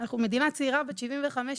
אנחנו מדינה צעירה בת 75 שנה,